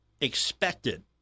expected